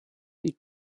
die